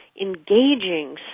engaging